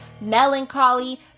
Melancholy